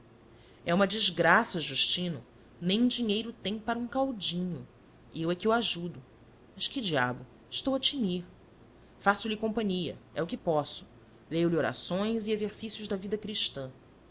é uma desgraça justino nem dinheiro tem para um caldinho eu é que o ajudo mas que diabo estou a tinir faço-lhe companhia é o que posso leio lhe orações e exercícios da vida cristã